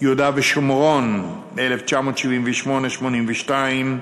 יהודה ושומרון ב-1978 1982,